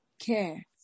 care